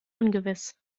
ungewiss